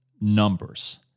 numbers